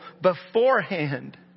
beforehand